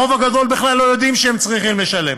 הרוב הגדול בכלל לא יודעים שהם צריכים לשלם,